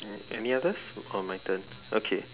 and any others or my turn okay